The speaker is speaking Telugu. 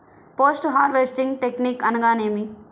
పోస్ట్ హార్వెస్టింగ్ టెక్నిక్ అనగా నేమి?